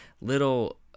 little